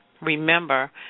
remember